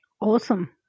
Awesome